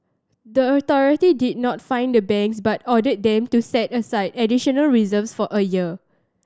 the authority did not fine the banks but ordered them to set aside additional reserves for a year